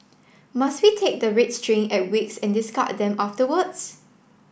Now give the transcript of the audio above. must we take the red string at wakes and discard them afterwards